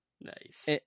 Nice